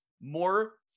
more